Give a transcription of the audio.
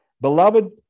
Beloved